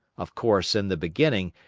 of course, in the beginning,